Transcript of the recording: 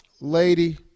Lady